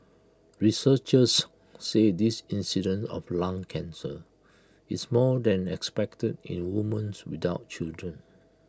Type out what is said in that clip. researchers said this incidence of lung cancer is more than expected in women's without children